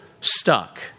stuck